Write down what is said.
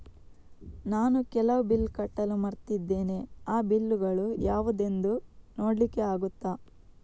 ನಾನು ಕೆಲವು ಬಿಲ್ ಕಟ್ಟಲು ಮರ್ತಿದ್ದೇನೆ, ಆ ಬಿಲ್ಲುಗಳು ಯಾವುದೆಂದು ನೋಡ್ಲಿಕ್ಕೆ ಆಗುತ್ತಾ?